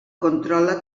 controla